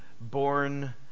born